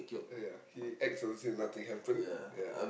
ya he acts as if nothing happen ya